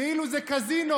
כאילו זה קזינו,